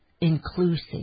inclusive